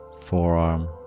forearm